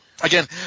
Again